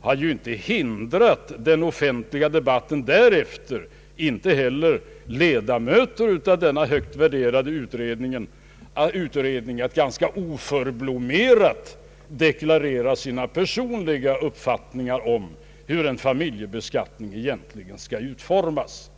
har ju inte hindrat den offentliga debatten därefter och inte heller ledamöter av denna högt värderade utredning att ganska oförblommerat deklarera sina personliga uppfattningar om hur familjebeskattningen egentligen skall utformas.